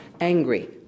angry